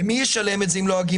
ומי ישלם את זה אם לא הגמלאים?